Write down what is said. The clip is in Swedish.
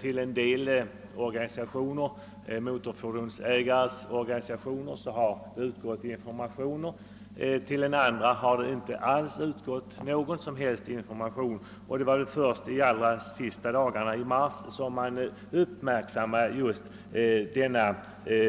Till en del motorfordonsägares organisationer har informationer utgått, medan andra organisationer inte erhållit några som helst informationer. Det var först de allra sista dagarna i mars som